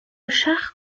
char